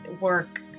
work